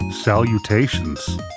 Salutations